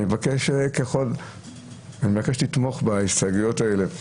אני מבקש לתמוך בהסתייגויות האלה,